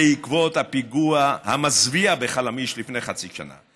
בעקבות הפיגוע המזוויע בחלמיש לפני כחצי שנה.